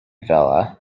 vella